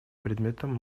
предметом